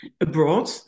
abroad